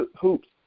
hoops